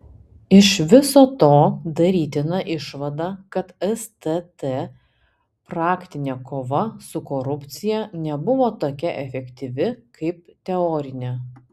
iš viso to darytina išvada kad stt praktinė kova su korupcija nebuvo tokia efektyvi kaip teorinė